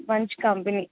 మంచి కంపెనీ